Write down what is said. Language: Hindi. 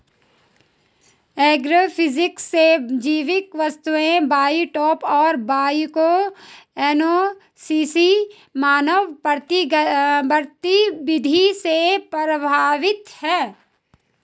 एग्रोफिजिक्स से जैविक वस्तुएं बायोटॉप और बायोकोएनोसिस मानव गतिविधि से प्रभावित हैं